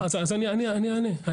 אני אענה.